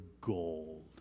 gold